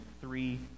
three